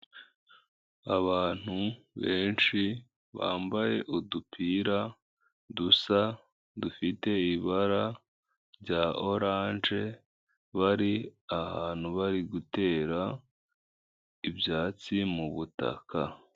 Abantu benshi bambaye udupira dusa dufite ibara rya orange bari ahantu bari gutera ibyatsi mubutaka.